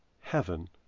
heaven